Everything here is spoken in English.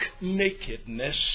nakedness